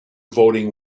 voting